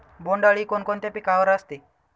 बोंडअळी कोणकोणत्या पिकावर असते?